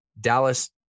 Dallas